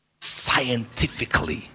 Scientifically